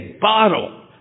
bottle